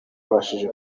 yabashije